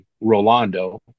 Rolando